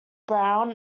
brown